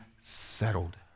settled